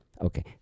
Okay